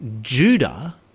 Judah